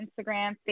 Instagram